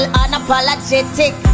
unapologetic